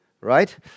Right